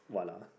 what lah